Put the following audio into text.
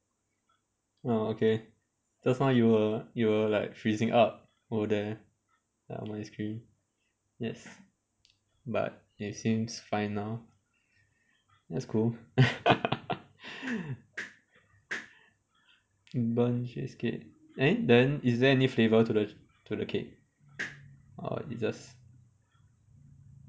oh okay just now you were you were like freezing up over there on my screen yes but it seems fine now that's cool burnt cheesecake then then is there any flavour to the to the cake or it just